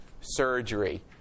surgery